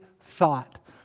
thought